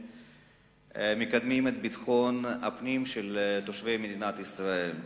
שמקדמים את ביטחון הפנים של תושבי מדינת ישראל.